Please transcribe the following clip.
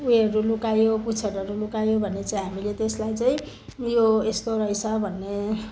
उयोहरू लुकायो पुच्छरहरू लुकायो भने चाहिँ हामीले त्यसलाई चाहिँ यो यस्तो रहेछ भन्ने